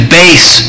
base